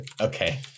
Okay